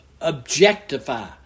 objectify